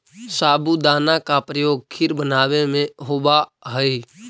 साबूदाना का प्रयोग खीर बनावे में होवा हई